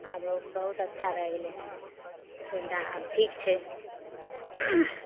आब ओ बहुत अच्छा भै गेलै सुविधा आब ठीक छै